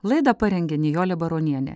laidą parengė nijolė baronienė